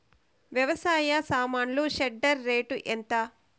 వ్యవసాయ సామాన్లు shredder rate ఎంత?